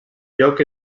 lloc